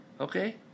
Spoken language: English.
Okay